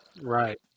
Right